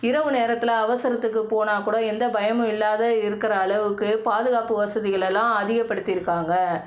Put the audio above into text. இரவு நேரத்தில் அவசரத்துக்கு போனாக்கூட எந்த பயமும் இல்லாத இருக்கிற அளவுக்கு பாதுகாப்பு வசதிகளெல்லாம் அதிகப்படுத்தியிருக்காங்க